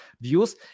views